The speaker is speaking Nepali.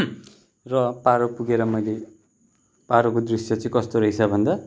र पारो पुगेर मैले पारोको दृश्य चाहिँ कस्तो रहेछ भन्दा